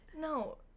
No